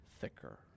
thicker